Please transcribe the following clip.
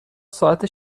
ساعت